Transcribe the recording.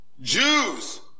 Jews